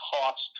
cost